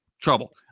trouble